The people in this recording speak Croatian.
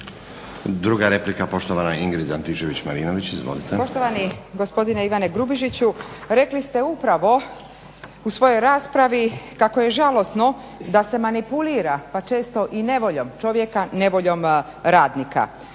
Druga replika poštovana Ingrid Antičević-Marinović. Izvolite. **Antičević Marinović, Ingrid (SDP)** Poštovani gospodine Ivane Grubišiću, rekli ste upravo u svojoj raspravi kako je žalosno da se manipulira pa često i nevoljom čovjeka, nevoljom radnika.